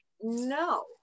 no